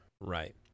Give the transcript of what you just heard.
Right